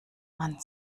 mann